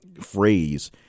phrase